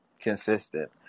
consistent